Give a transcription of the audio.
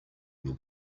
your